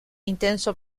intenso